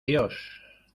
dios